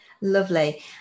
Lovely